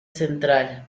central